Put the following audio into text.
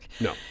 No